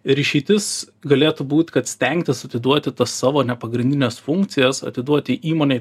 ir išeitis galėtų būt kad stengtis atiduoti tas savo nepagrindines funkcijas atiduoti įmonei